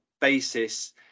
basis